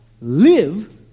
live